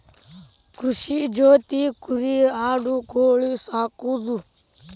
ಕೃಷಿ ಜೊತಿ ಕುರಿ ಆಡು ಕೋಳಿ ಸಾಕುದು